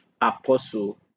apostle